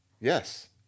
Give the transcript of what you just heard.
Yes